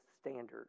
standard